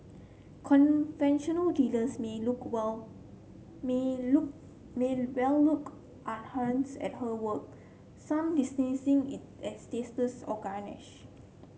conventional dealers may look well may look may well look askance at her work some dismissing it as tasteless or garish